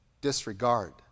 disregard